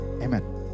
Amen